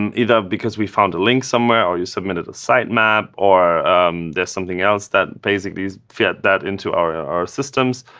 and either because we found a link somewhere, or you submitted a site map, or there's something else that basically fit that into our our systems.